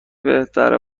بهتره